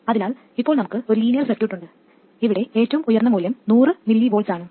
അതിനാൽ ഇപ്പോൾ നമുക്ക് ഒരു ലീനിയർ സർക്യൂട്ട് ഉണ്ട് ഇവിടെ ഏറ്റവും ഉയർന്ന മൂല്യം 100 mV ആണ്